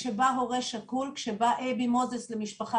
כשבא אייבי מוזס למשפחה